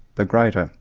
the greater,